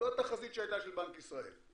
זאת הייתה התחזית של בנק ישראל,